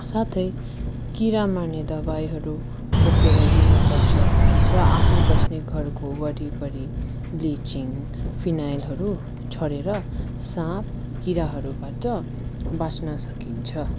साथै किरा मार्ने दबाईहरू बोकेर हिँड्नुपर्छ र आफू बस्ने घरको वरिपरि ब्लिचिङ फिनाइलहरू छरेर साँप किराहरूबाट बाँच्न सकिन्छ